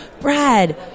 Brad